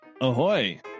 Ahoy